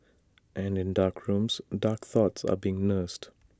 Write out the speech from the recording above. and in dark rooms dark thoughts are being nursed